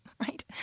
Right